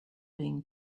being